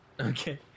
Okay